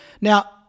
Now